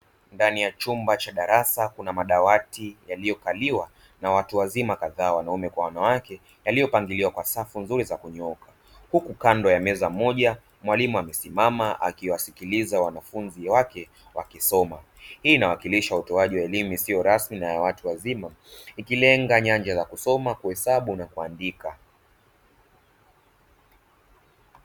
Ndani ya chumba cha darasa, kuna madawati yaliyokaliwa na watu wazima kadhaa, wanaume kwa wanawake, yaliyopangiliwa kwa safu nzuri za kunyooka. Huku kando ya meza moja mwalimu amesimama akiwasikiliza wanafunzi wake wakisoma. Hii inawakilisha utoaji wa elimu isiyo rasmi na ya watu wazima, ikilenga nyanja za kusoma, kuhesabu na kuandika.